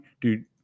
Dude